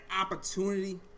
opportunity